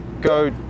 Go